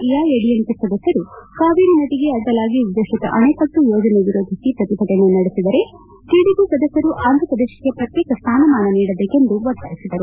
ಎಐಎಡಿಎಂಕೆ ಸದಸ್ದರು ಕಾವೇರಿ ನದಿಗೆ ಅಡ್ಡಲಾಗಿ ಉದ್ದೇಶಿತ ಅಣೆಕಟ್ಟೆ ಯೋಜನೆ ವಿರೋಧಿಸಿ ಪ್ರತಿಭಟನೆ ನಡೆಸಿದರೆ ಟಡಿಪಿ ಸದಸ್ಯರು ಆಂಧಪ್ರದೇಶಕ್ಕೆ ಪ್ರತ್ಯೇಕ ಸ್ಥಾನಮಾನ ನೀಡಬೇಕೆಂದು ಒತ್ತಾಯಿಸಿದರು